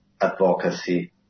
advocacy